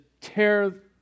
tear